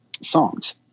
songs